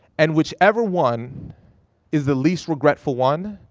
and whichever one is the least regretful one,